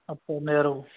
ਆਪਣਾ ਨੈਰੋ